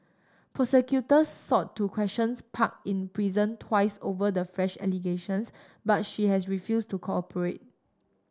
prosecutors sought to questions Park in prison twice over the fresh allegations but she has refused to cooperate